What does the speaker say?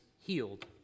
healed